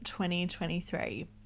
2023